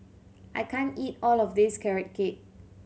I can't eat all of this Carrot Cake